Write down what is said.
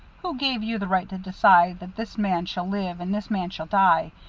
who gave you the right to decide that this man shall live and this man shall die,